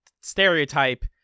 stereotype